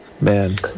Man